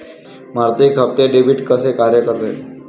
मासिक हप्ते, डेबिट कसे कार्य करते